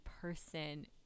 person